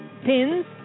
pins